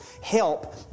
help